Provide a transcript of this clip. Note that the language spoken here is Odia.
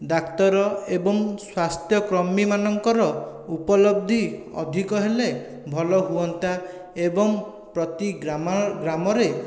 ଡାକ୍ତର ଏବଂ ସ୍ୱାସ୍ଥ୍ୟ କର୍ମୀମାନଙ୍କର ଉପଲବ୍ଧି ଅଧିକ ହେଲେ ଭଲ ହୁଅନ୍ତା ଏବଂ ପ୍ରତି ଗ୍ରାମ ଗ୍ରାମରେ